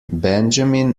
benjamin